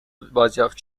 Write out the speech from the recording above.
بازیافت